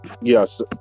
yes